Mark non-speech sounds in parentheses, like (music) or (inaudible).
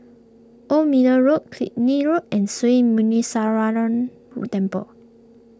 Old Middle Road Killiney Road and Sri Muneeswaran (unintelligible) Temple